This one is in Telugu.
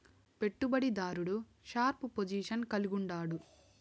పెట్టుబడి దారుడు షార్ప్ పొజిషన్ కలిగుండాడు